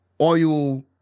oil